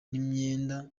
n’imyenda